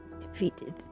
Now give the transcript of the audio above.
defeated